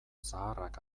zaharrak